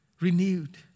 Renewed